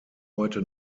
heute